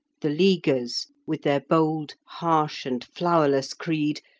the leaguers, with their bold, harsh, and flowerless creed,